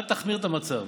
אל תחמיר את המצב.